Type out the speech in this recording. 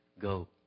go